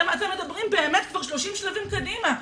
אתם מדברים באמת כבר 30 שלבים קדימה,